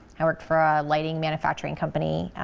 i worked for a lighting manufacturing company